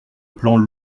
plan